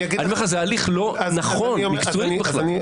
אני אומר לך, זה הליך לא נכון מקצועית בכלל.